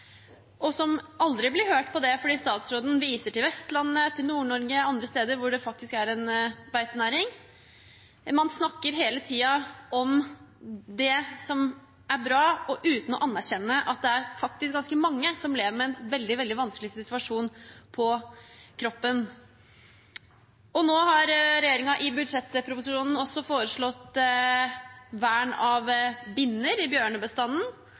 og som aldri blir hørt fordi statsråden viser til Vestlandet, til Nord-Norge og til andre steder hvor det faktisk er en beitenæring. Man snakker hele tiden om det som er bra, uten å anerkjenne at det faktisk er ganske mange som lever med en veldig vanskelig situasjon på kroppen. Nå har regjeringen i budsjettproposisjonen også foreslått vern av binner i bjørnebestanden.